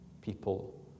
people